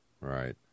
Right